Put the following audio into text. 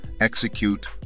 execute